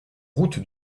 route